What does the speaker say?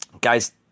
guys